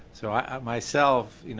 so um myself,